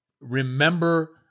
remember